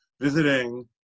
visiting